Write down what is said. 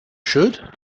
should